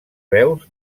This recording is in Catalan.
veus